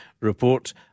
report